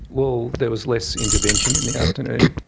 well, there was less intervention in the afternoon.